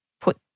put